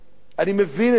אני מבין את זה.